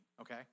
okay